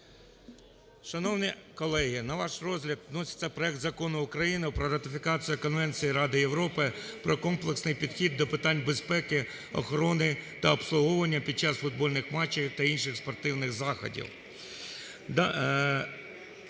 Шановні колеги, на ваш розгляд вноситься проект Закону України про ратифікацію Конвенції Ради Європи про комплексний підхід до питань безпеки, охорони та обслуговування під час футбольних матчів та інших спортивних заходів.